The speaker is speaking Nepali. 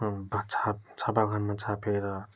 छाप छापा घरमा छापेर